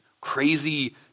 crazy